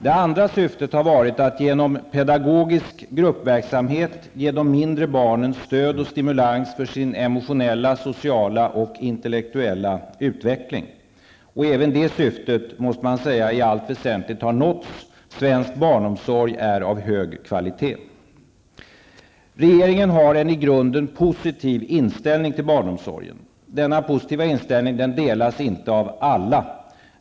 Det andra syftet har varit att genom pedagogisk gruppverksamhet ge de mindre barnen stöd och stimulans i deras emotionella, sociala och intellektuella utveckling. Jag måste säga att även detta syfte i allt väsentligt har uppnåtts. Svensk barnomsorg är således av hög kvalitet. Regeringen har en i grunden positiv inställning till barnomsorgen. Samma positiva inställning har dock inte alla.